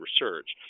research